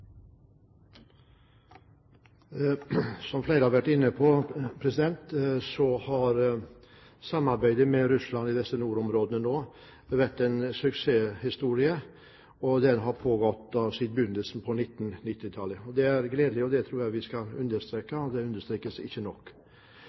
Som flere har vært inne på, har samarbeidet med Russland i nordområdene vært en suksesshistorie som har pågått siden begynnelsen av 1990-tallet. Det er gledelig. Det tror jeg vi skal understreke